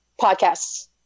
podcasts